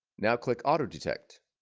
now click auto detect